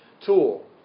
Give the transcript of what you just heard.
tool